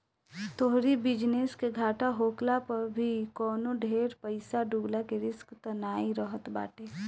तोहरी बिजनेस के घाटा होखला पअ भी कवनो ढेर पईसा डूबला के रिस्क तअ नाइ रहत बाटे